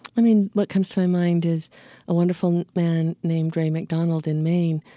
i mean, what comes to my mind is a wonderful man named ray mcdonald in maine.